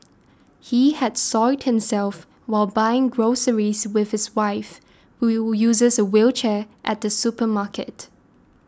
he had soiled himself while buying groceries with his wife who you uses a wheelchair at a supermarket